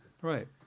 right